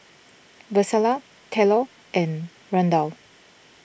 Vlasta Tylor and Randal